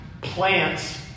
Plants